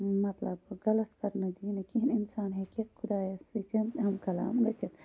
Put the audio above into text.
مَطلَب غَلَط کَرنہٕ دِنہٕ کِہیٖنۍ اِنسان ہیٚکہِ خۄدایَس سۭتۍ ہَم کَلام گٔژھِتھ